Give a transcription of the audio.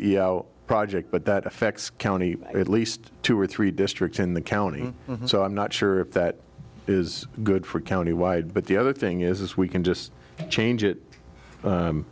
the project but that affects county at least two or three districts in the county so i'm not sure if that is good for county wide but the other thing is we can just change it from